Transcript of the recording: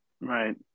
Right